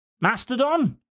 Mastodon